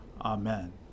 Amen